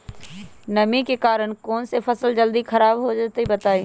नमी के कारन कौन स फसल जल्दी खराब होई छई बताई?